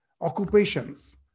occupations